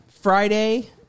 Friday